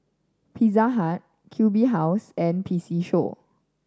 Pizza Hut Q B House and P C Show